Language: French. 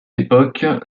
époque